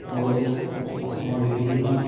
সৌ সিদিনা অসমৰ বিভিন্ন